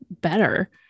better